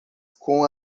com